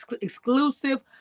exclusive